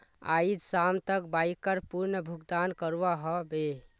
आइज शाम तक बाइकर पूर्ण भुक्तान करवा ह बे